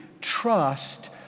trust